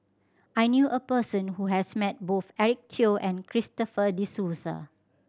I knew a person who has met both Eric Teo and Christopher De Souza